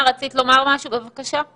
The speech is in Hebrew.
בתקנה 5, בתקנת משנה (ב)(1)(ב) בפסקת משנה (א)